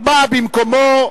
באה במקומו,